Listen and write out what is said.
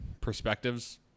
perspectives